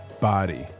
body